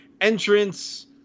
entrance